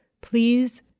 Please